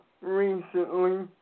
recently